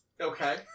Okay